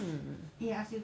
hmm